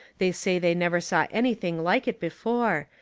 they say they never saw anything like it before,